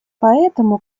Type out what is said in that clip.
поэтому